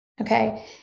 okay